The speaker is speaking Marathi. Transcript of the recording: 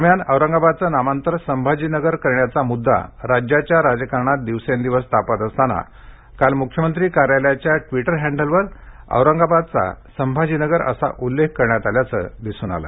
दरम्यान औरंगाबादचं नामांतर संभाजीनगर करण्याचा मुद्दा राज्याच्या राजकारणात दिवसेंदिवस तापत असताना काल मुख्यमंत्री कार्यालयाच्या ट्विटर हँडलवर औरंगाबादचा संभाजीनगर असा उल्लेख करण्यात आल्याचं दिसून आले